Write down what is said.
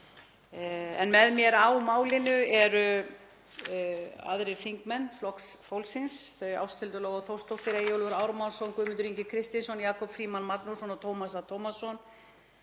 Með mér á málinu eru aðrir þingmenn Flokks fólksins, þau Ásthildur Lóa Þórsdóttir, Eyjólfur Ármannsson, Guðmundur Ingi Kristinsson, Jakob Frímann Magnússon og Tómas A. Tómasson.